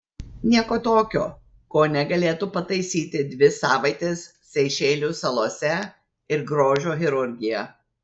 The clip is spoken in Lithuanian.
nieko tokio ko negalėtų pataisyti dvi savaitės seišelių salose ir grožio chirurgija